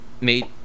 made